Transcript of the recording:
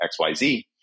XYZ